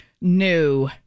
new